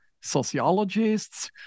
sociologists